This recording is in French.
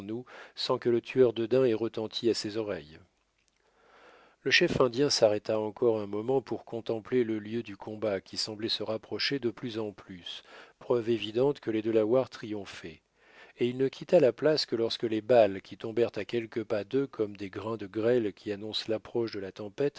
sans que le tueur de daims ait retenti à ses oreilles le chef indien s'arrêta encore un moment pour contempler le lieu du combat qui semblait se rapprocher de plus en plus preuve évidente que les delawares triomphaient et il ne quitta la place que lorsque les balles qui tombèrent à quelques pas d'eux comme des grains de grêle qui annoncent l'approche de la tempête